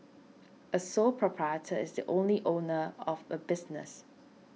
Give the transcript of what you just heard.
a sole proprietor is the only owner of a business